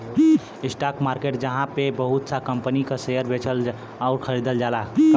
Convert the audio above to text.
stock market जहाँ पे बहुत सा कंपनी क शेयर बेचल आउर खरीदल जाला